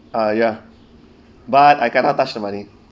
ah ya but I cannot touch the money